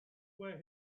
wear